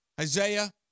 Isaiah